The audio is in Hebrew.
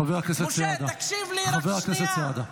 --- חבר הכנסת סעדה.